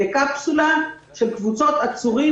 לקפסולה של קבוצות עצורים,